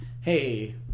hey